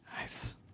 Nice